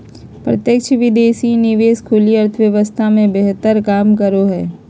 प्रत्यक्ष विदेशी निवेश खुली अर्थव्यवस्था मे बेहतर काम करो हय